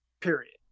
period